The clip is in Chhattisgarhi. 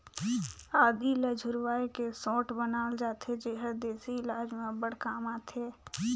आदी ल झुरवाए के सोंठ बनाल जाथे जेहर देसी इलाज में अब्बड़ काम आथे